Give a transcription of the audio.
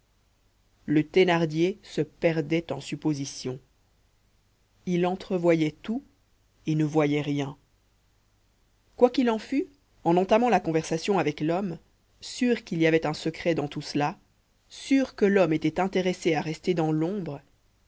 le thénardier se perdait en suppositions il entrevoyait tout et ne voyait rien quoi qu'il en fût en entamant la conversation avec l'homme sûr qu'il y avait un secret dans tout cela sûr que l'homme était intéressé à rester dans l'ombre